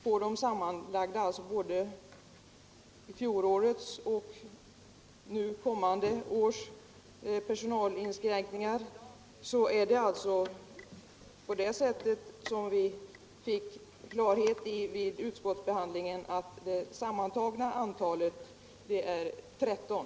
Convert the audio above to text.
Vad slutligen beträffar både fjolårets och kommande års personalinskränkningar är det så, som vi fick klarhet i vid utskottsbehandlingen, att det sammanlagda antalet är 13.